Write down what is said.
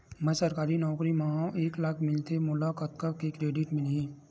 मैं सरकारी नौकरी मा हाव एक लाख मिलथे मोला कतका के क्रेडिट मिलही?